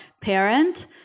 parent